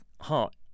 heart